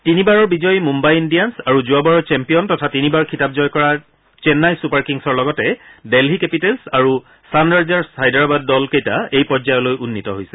তিনিবাৰৰ বিজয়ী মুন্নাই ইণ্ডিয়ান্ছ আৰু যোৱাবাৰৰ চেম্পিয়ন তথা তিনিবাৰ খিতাপ জয় কৰা চেন্নাই ছুপাৰ কিংছৰ লগতে ডেলহি কেপিটেল্ছ আৰু ছানৰাইজাৰ্ছ হায়দৰাবাদ দলকেইটা এই পৰ্যয়লৈ উন্নীত হৈছে